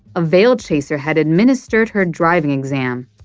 a veil-chaser had administered her driving exam.